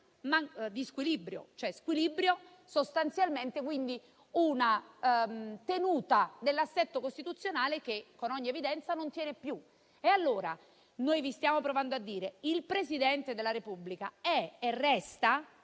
e drammatico squilibrio. Sostanzialmente, quindi, c'è una tenuta dell'assetto costituzionale che, con ogni evidenza, non tiene più. Noi vi stiamo provando a dire che il Presidente della Repubblica è e resta